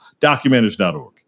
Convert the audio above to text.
Documenters.org